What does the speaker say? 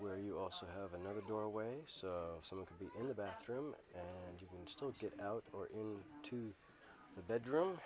where you also have another doorway so some of the in the bathroom and you can still get out or in to the bedroom